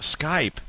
Skype